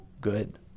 good